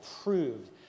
approved